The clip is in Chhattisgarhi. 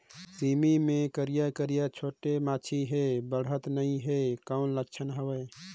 सेमी मे करिया करिया छोटे माछी हे बाढ़त नहीं हे कौन लक्षण हवय?